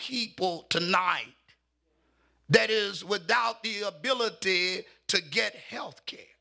people to nine that is without the ability to get health care